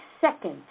second